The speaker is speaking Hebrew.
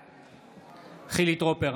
בעד חילי טרופר,